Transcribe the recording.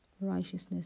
righteousness